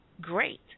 great